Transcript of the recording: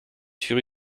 sur